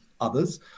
others